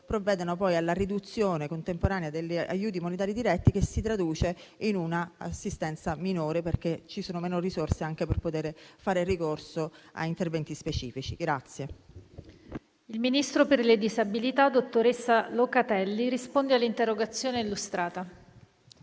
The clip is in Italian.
provvedano poi alla riduzione contemporanea degli aiuti umanitari diretti, che si traduce in un'assistenza minore, perché ci sono meno risorse anche per poter fare ricorso a interventi specifici. PRESIDENTE. Il ministro per le disabilità, dottoressa Locatelli, ha facoltà di rispondere all'interrogazione testé illustrata,